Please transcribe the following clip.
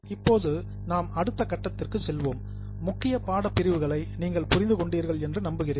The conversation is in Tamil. இப்போது நாம் அடுத்த கட்டத்திற்கு செல்வோம் முக்கிய பாடப்பிரிவுகளை நீங்கள் புரிந்து கொண்டீர்கள் என்று நம்புகிறேன்